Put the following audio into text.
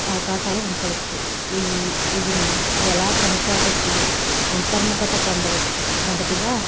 అవకాశాలు ఉంచవచ్చు ఇవి ఇవిని ఎలా కనిక పెట్టి అంతర్ముఖత పొందవచ్చు మొదటిగా